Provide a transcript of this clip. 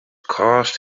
cast